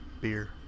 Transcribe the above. beer